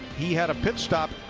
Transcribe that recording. he had a pit stop.